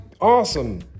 awesome